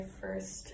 first